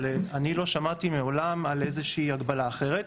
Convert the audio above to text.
אבל אני לא שמעתי מעולם על איזושהי הגבלה אחרת,